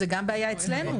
זו גם בעיה אצלנו.